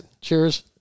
Cheers